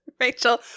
Rachel